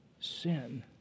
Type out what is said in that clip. sin